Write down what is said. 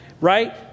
Right